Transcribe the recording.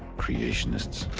creationists!